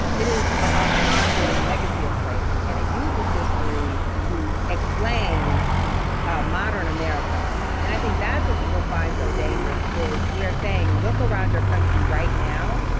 it is about the ongoing legacy of slavery, and it uses history to explain ah modern america. and i think that's what people find so dangerous is we are saying, look around your country right now,